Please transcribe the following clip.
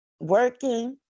working